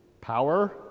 power